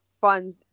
funds